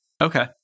Okay